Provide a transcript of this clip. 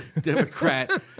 Democrat